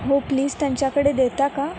हो प्लीज त्यांच्याकडे देता का